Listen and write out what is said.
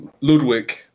Ludwig